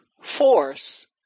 force